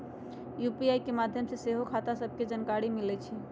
UPI के माध्यम से सेहो खता सभके जानकारी मिल जाइ छइ